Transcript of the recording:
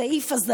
זה סעיף הזיה,